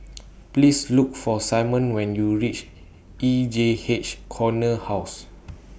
Please Look For Simon when YOU REACH E J H Corner House